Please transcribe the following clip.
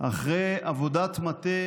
אחרי עבודת מטה